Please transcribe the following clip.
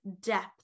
depth